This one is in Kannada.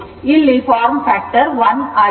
ಆದ್ದರಿಂದ form factor 1 ಆಗಿದೆ